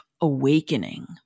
awakening